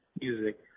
Music